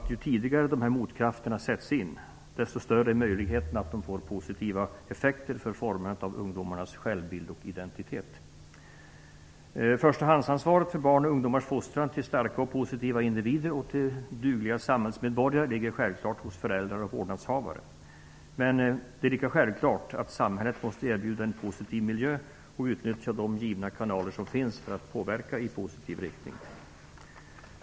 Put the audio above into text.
Ju tidigare dessa motvikter sätts in desto större är ovedersägligen möjligheten att de får positiva effekter för formandet av ungdomarnas självbild och identitet. Förstahandsansvaret för att fostra barn och ungdomar till starka och positiva individer och till dugliga samhällsmedborgare ligger självfallet hos föräldrar och vårdnadshavare. Det är lika självklart att samhället måste erbjuda en positiv miljö och utnyttja de givna kanaler som finns för att påverka i positiv riktning.